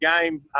game